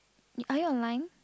are you online